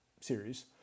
series